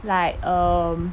like um